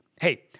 Hey